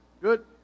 Good